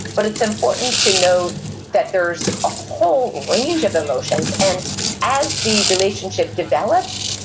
but it's important to note that there's a whole range of emotions, and as the relationship develops,